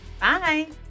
Bye